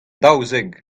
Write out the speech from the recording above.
daouzek